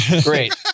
Great